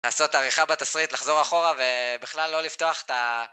לעשות עריכה בתסריט, לחזור אחורה ובכלל לא לפתוח את ה...